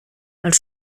els